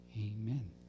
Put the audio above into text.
amen